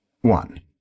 one